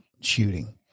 shooting